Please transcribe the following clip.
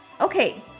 Okay